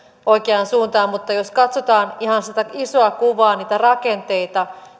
oikeaan suuntaan mutta jos katsotaan ihan sitä isoa kuvaa niitä rakenteita